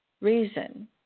reason